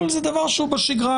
אבל זה דבר שהוא בשגרה,